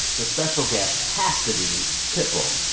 the special guest has to be pitbull,